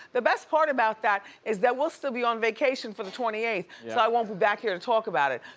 the best part about that is that we'll still be on vacation for the twenty eighth, so i won't be back here to talk about it.